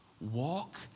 walk